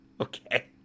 okay